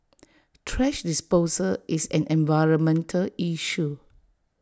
thrash disposal is an environmental issue